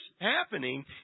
happening